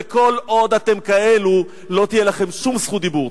וכל עוד אתם כאלו, לא תהיה לכם שום זכות דיבור.